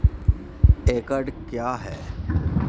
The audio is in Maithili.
एकड कया हैं?